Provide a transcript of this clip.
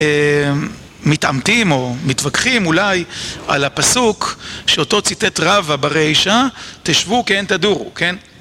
מתעמתים או מתווכחים אולי על הפסוק שאותו ציטט רבא ברישא תשבו כן תדורו